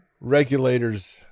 regulators